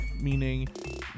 meaning